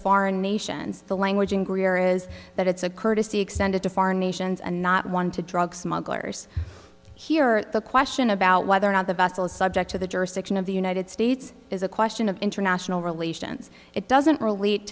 foreign nations the language in greer is that it's a courtesy extended to foreign nations and not one to drug smugglers here the question about whether or not the vessel is subject to the jurisdiction of the united states is a question of international relations it doesn't relate